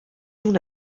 una